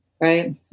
right